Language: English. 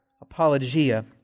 apologia